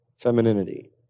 femininity